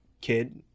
kid